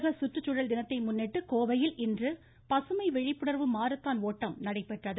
உலக சுற்றுச்சூழல் தினத்தை முன்னிட்டு கோவையில் இன்று பசுமை விழிப்புணர்வு மாரத்தான் ஓட்டம் நடைபெற்றது